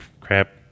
crap